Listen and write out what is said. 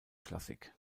klassik